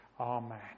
amen